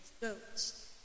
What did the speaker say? goats